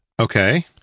Okay